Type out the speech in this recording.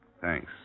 Thanks